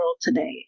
today